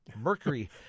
Mercury